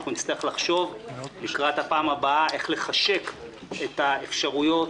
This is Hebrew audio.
נצטרך לחשוב לקראת הפעם הבאה איך לחשק את האפשרויות